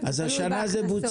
אם כן, השנה זה כבר בוצע.